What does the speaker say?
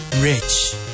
Rich